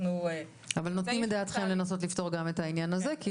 אתם נותנים דעתכם לנסות לפתור גם את העניין הזה?